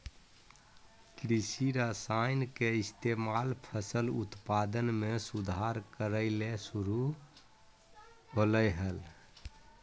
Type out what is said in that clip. कृषि रसायन के इस्तेमाल फसल उत्पादन में सुधार करय ले शुरु होलय हल